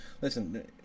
Listen